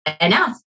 enough